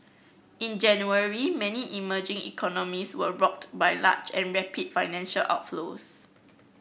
in January many emerging economies were rocked by large and rapid financial outflows